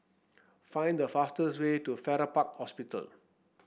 find the fastest way to Farrer Park Hospital